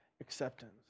acceptance